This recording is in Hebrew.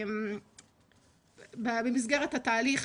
במסגרת התהליך